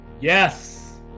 Yes